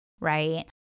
right